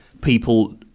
people